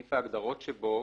בסעיף ההגדרות שבו,